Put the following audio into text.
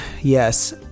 yes